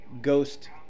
ghost